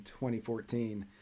2014